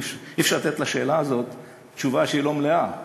אי-אפשר לתת לשאלה הזאת תשובה שהיא לא מלאה.